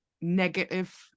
negative